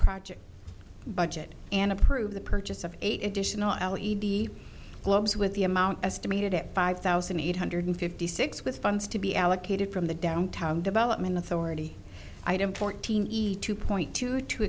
project budget and approve the purchase of eight additional globes with the amount estimated at five thousand eight hundred fifty six with funds to be allocated from the downtown development authority item fourteen easy to point to to